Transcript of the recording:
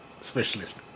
specialist